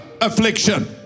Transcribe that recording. affliction